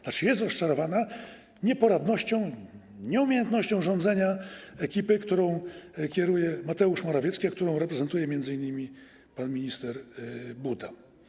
To znaczy, jest rozczarowana nieporadnością, nieumiejętnością rządzenia ekipy, którą kieruje Mateusz Morawiecki, a którą reprezentuje m.in. pan minister Buda.